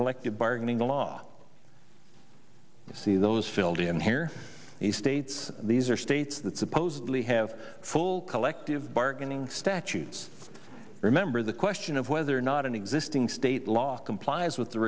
collective bargaining law see those filled in here the states these are states that supposedly have full collective bargaining statutes remember the question of whether or not an existing state law complies with the